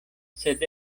sed